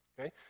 okay